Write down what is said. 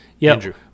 Andrew